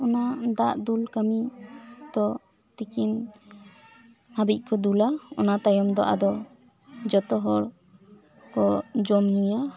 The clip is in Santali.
ᱚᱱᱟ ᱫᱟᱜ ᱫᱩᱞ ᱠᱟᱹᱢᱤ ᱫᱚ ᱛᱤᱠᱤᱱ ᱦᱟᱹᱵᱤᱡ ᱠᱚ ᱫᱩᱞᱟ ᱚᱱᱟ ᱛᱟᱭᱚᱢ ᱫᱚ ᱟᱫᱚ ᱡᱚᱛᱚ ᱦᱚᱲ ᱠᱚ ᱡᱚᱢ ᱧᱩᱭᱟ